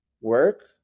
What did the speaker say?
work